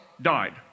died